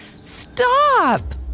Stop